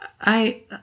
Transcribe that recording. I-